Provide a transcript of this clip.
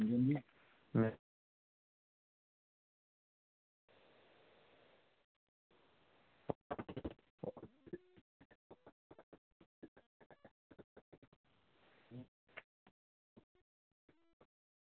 अ